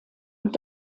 und